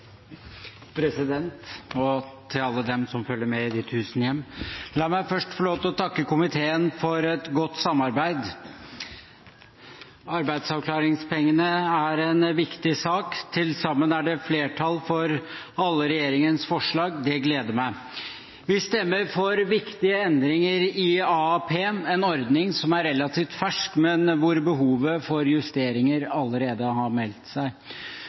President – og til alle dem som følger med i de tusen hjem: La meg først få lov til å takke komiteen for et godt samarbeid. Arbeidsavklaringspengene er en viktig sak. Til sammen er det flertall for alle regjeringens forslag. Det gleder meg. Vi stemmer for viktige endringer i AAP, en ordning som er relativt fersk, men hvor behovet for justeringer allerede har meldt seg.